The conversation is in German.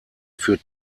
für